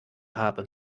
habe